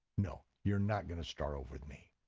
no, you're not going to start over with me.